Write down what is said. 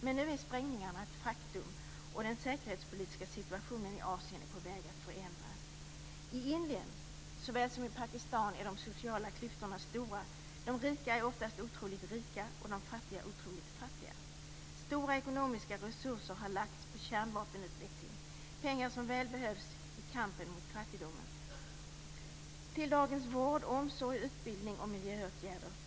Men nu är sprängningarna ett faktum, och den säkerhetspolitiska situationen i Asien är på väg att förändras. I Indien såväl som i Pakistan är de sociala klyftorna stora. De rika är ofta otroligt rika och de fattiga otroligt fattiga. Stora ekonomiska resurser har lagts på kärnvapenutveckling, pengar som väl behövs i kampen mot fattigdomen, till vård och omsorg, utbildning och miljöåtgärder.